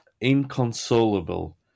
inconsolable